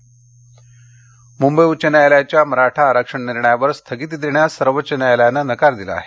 मराठा आरक्षण मुंबई उच्च न्यायालयाच्या मराठा आरक्षण निर्णयावर स्थगिती देण्यास सर्वोच्च न्यायालयाने नकार दिला आहे